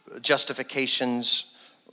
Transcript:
justifications